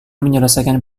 menyelesaikan